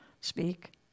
speak